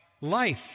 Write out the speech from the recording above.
Life